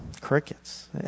crickets